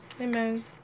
Amen